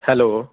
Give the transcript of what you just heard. hello